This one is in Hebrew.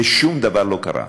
ושום דבר לא קרה.